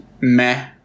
meh